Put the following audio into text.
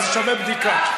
אבל זה שווה בדיקה.